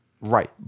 Right